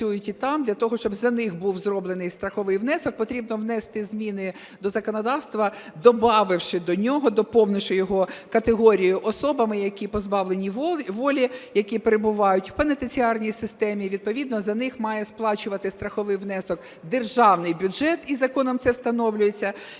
для того, щоб за них був зроблений страховий внесок, потрібно внести зміни до законодавства, добавивши до нього, доповнивши його категорією особами, які позбавлені волі, які перебувають в пенітенціарній системі, відповідно за них має сплачувати страховий внесок державний бюджет, і законом це встановлюється.